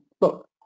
Look